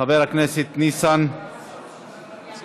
חבר הכנסת ניסן סלומינסקי.